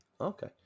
Okay